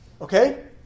Okay